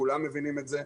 כולם מבינים את זה,